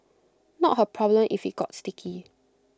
not her problem if IT got sticky